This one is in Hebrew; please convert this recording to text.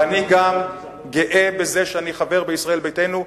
ואני גם גאה בזה שאני חבר בישראל ביתנו.